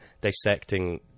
dissecting